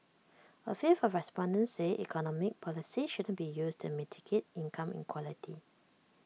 A fifth of respondents said economic policies shouldn't be used to mitigate income inequality